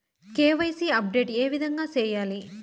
KYC update ఏ విధంగా సేయాలి?